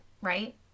right